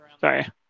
Sorry